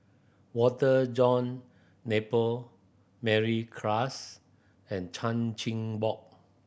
Walter John Napier Mary Klass and Chan Chin Bock